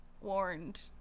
warned